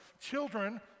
children